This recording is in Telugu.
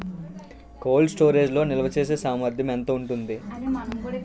కోల్డ్ స్టోరేజ్ లో నిల్వచేసేసామర్థ్యం ఎంత ఉంటుంది?